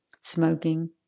smoking